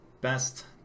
Best